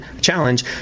challenge